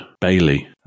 Bailey